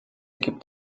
gibt